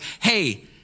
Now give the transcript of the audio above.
hey